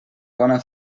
bona